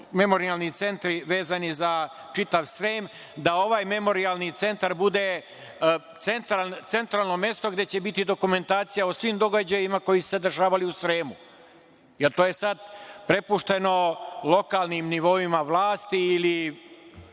memorijalni centri vezani za čitav Srem, da ovaj memorijalni centar bude centralno mesto gde će biti dokumentacija o svim događajima koji su se dešavali u Sremu. To je sada prepušteno lokalnim nivoima vlasti ili